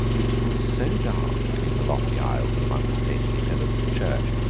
it was so dark, in the lofty aisles and among the stately pillars of the church,